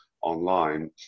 online